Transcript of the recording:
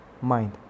mind